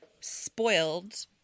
spoiled